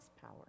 power